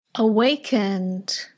awakened